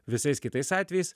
visais kitais atvejais